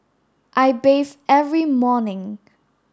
I bathe every morning